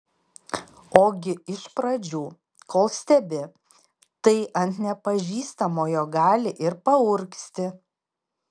ogi iš pradžių kol stebi tai ant nepažįstamojo gali ir paurgzti